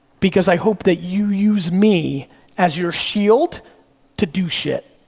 because i hope that you use me as your shield to do shit,